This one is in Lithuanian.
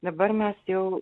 dabar mes jau